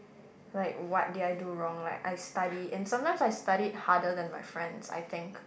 like what did I do wrong like I study and sometimes I studied harder than my friends I think